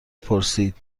پرسید